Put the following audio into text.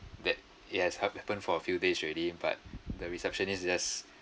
that it has hap~ happen for a few days already but the receptionist just